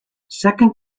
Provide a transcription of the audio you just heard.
second